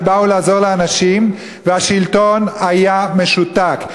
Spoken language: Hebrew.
ובאו לעזור לאנשים, והשלטון היה משותק.